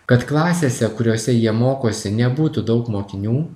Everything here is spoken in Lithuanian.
kad klasėse kuriose jie mokosi nebūtų daug mokinių